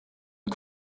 und